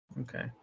Okay